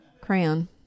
crayon